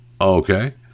okay